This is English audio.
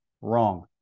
Wrong